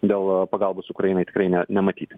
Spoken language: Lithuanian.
dėl pagalbos ukrainai tikrai ne nematyti